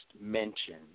mention